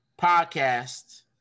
podcast